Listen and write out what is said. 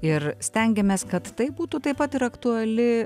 ir stengiamės kad tai būtų taip pat ir aktuali